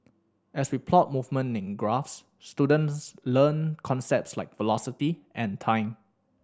as we plot movement in graphs students learn concepts like velocity and time